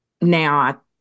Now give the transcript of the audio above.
Now